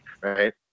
right